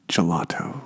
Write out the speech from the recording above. Gelato